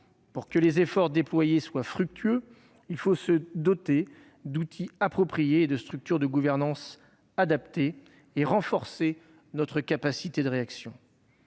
Pour que les efforts déployés soient fructueux, il faut se doter d'outils appropriés, de structures de gouvernance adaptées et il faut renforcer notre capacité de réaction.